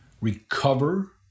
recover